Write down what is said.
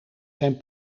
zijn